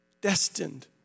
destined